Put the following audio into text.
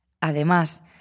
Además